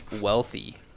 wealthy